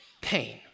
pain